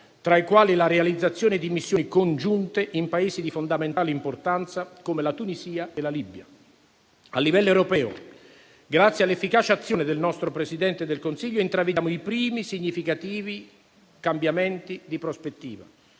tra i quali la realizzazione di missioni congiunte in Paesi di fondamentale importanza come la Tunisia e la Libia. A livello europeo, grazie all'efficace azione del nostro Presidente del Consiglio, intravediamo i primi significativi cambiamenti di prospettiva.